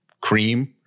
cream